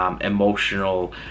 emotional